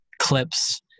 clips